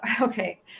okay